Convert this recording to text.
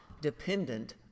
dependent